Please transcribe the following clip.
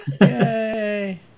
Yay